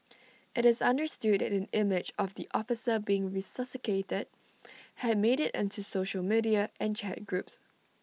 IT is understood that an image of the officer being resuscitated had made IT onto social media and chat groups